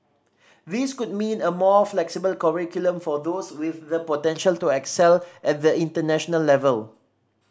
this could mean a more flexible curriculum for those with the potential to excel at the international level